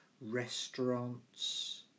restaurants